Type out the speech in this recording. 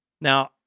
Now